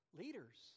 leaders